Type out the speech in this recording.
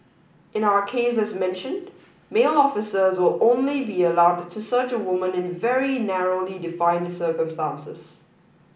in our case as mentioned male officers will only be allowed to search a woman in very narrowly defined circumstances